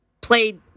played